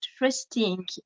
interesting